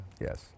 Yes